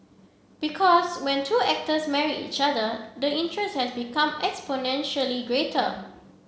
because when two actors marry each other the interest has become exponentially greater